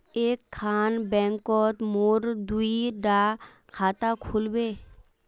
एक खान बैंकोत मोर दुई डा खाता खुल बे?